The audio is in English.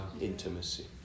intimacy